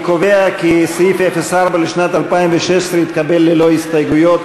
אני קובע כי סעיף 04 לשנת 2016 התקבל ללא הסתייגויות,